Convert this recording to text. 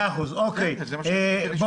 כי אנחנו יודעים שזה עד